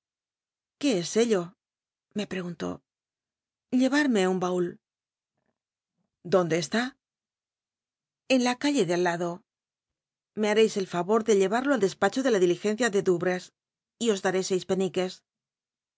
é es ello me preguntó llevarme un baul dónde está en la calle del lado me bnreis el favor de biblioteca nacional de españa david copper field llevarlo al despacho de la diligencia de ds y os daré seis peniques